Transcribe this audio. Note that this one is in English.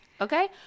Okay